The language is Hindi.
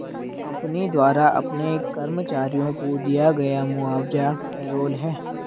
कंपनी द्वारा अपने कर्मचारियों को दिया गया मुआवजा पेरोल है